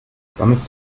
sammelst